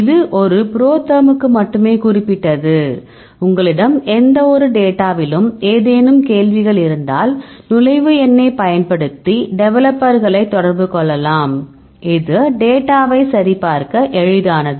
இது ஒரு புரோதெர்முக்கு மட்டுமே குறிப்பிட்டது உங்களிடம் எந்தவொரு டேட்டாவிலும் ஏதேனும் கேள்விகள் இருந்தால் நுழைவு எண்ணைப் பயன்படுத்தி டெவலப்பர்களைத் தொடர்பு கொள்ளலாம் இது டேட்டாவை சரிபார்க்க எளிதானது